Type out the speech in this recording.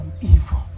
evil